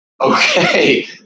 Okay